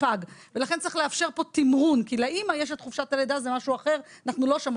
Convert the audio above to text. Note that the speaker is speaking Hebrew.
לכן צריך לאפשר פה תמרון כי לאימא יש את חופשת הלידה ואנחנו לא שם,